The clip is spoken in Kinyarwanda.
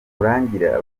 nurangira